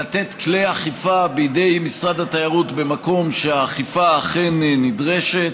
לתת כלי אכיפה בידי משרד התיירות במקום שהאכיפה אכן נדרשת,